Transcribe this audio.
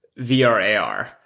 VRAR